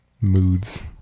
moods